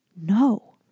No